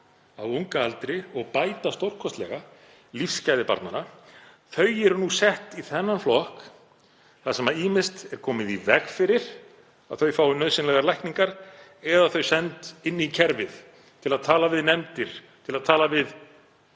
á unga aldri og bæta stórkostlega lífsgæði barnanna, eru nú sett í þennan flokk þar sem ýmist er komið í veg fyrir að þau fái nauðsynlegar lækningar eða þau send inn í kerfið til að tala við nefndir, til að tala við